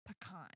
Pecan